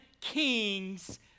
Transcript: kings